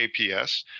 APS